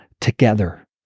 together